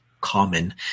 common